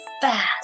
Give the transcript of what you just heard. fast